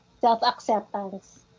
self-acceptance